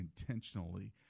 intentionally